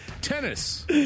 Tennis